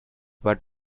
what